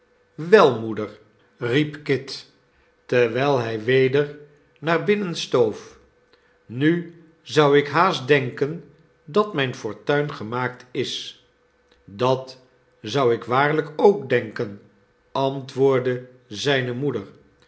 wel moeder riep kit terwijl hij weder naar binnen stoof nu zou ik haast denken dat mijn fortuin gemaakt is dat zou ik waarlijk ook denken antwoordde zijne moeder